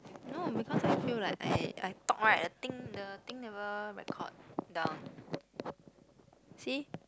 no because I feel like I I talk right the thing the thing never record down see